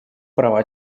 права